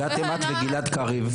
הגעתם את וגלעד קריב,